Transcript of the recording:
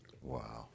Wow